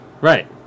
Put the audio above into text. Right